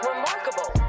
Remarkable